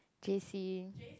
J_C